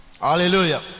hallelujah